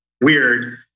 weird